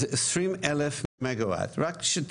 זה 20,000 מגה-וואט, רק כדי שתבינו,